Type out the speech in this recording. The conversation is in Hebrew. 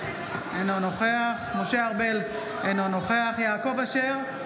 אינו נוכח משה ארבל, אינו נוכח יעקב אשר,